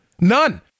None